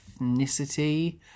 ethnicity